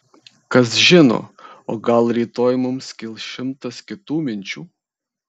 kas žino o gal rytoj mums kils šimtas kitų minčių